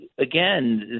again